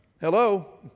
Hello